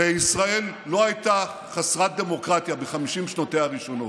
הרי ישראל לא הייתה חסרת דמוקרטיה ב-50 שנותיה הראשונות,